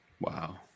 Wow